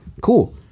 Cool